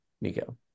Nico